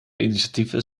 initiatieven